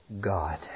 God